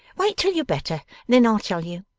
wait till you're better and then i'll tell you